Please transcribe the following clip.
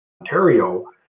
ontario